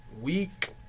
week